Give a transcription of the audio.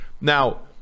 Now